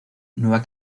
nueva